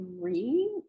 three